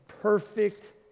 perfect